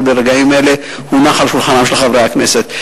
שברגעים אלה מונח על שולחנם של חברי הכנסת.